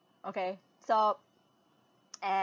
okay so uh